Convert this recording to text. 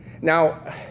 Now